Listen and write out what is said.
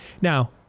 Now